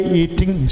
eating